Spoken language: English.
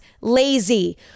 lazy